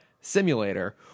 simulator